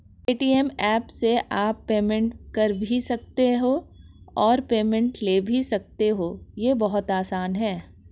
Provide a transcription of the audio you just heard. Paytm app से आप payment कर भी सकते हो और पेमेंट ले भी सकते हो, ये बहुत आसान है